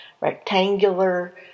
rectangular